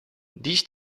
these